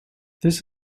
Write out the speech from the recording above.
this